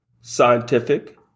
scientific